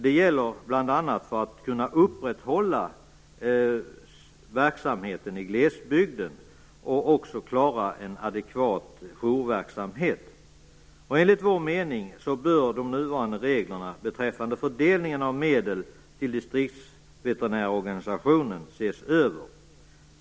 Det gäller bl.a. att kunna upprätthålla verksamheten i glesbygden och också klara en adekvat jourverksamhet. Enligt vår mening bör de nuvarande reglerna beträffande fördelningen av medel till distriktsveterinärorganisationen ses över.